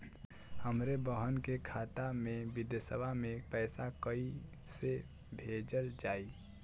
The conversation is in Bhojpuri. हमरे बहन के खाता मे विदेशवा मे पैसा कई से भेजल जाई?